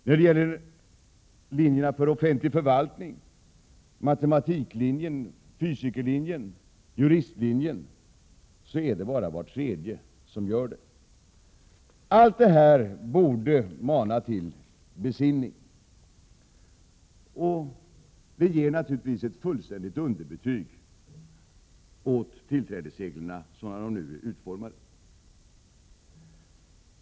När det gäller linjen för offentlig förvaltning, matematiklinjen, fysikerlinjen och juristlinjen är det bara var tredje som tar examen. Allt detta borde mana till besinning, och det ger naturligtvis ett fullständigt underbetyg åt tillträdesreglerna sådana som de nu är utformade.